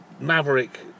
maverick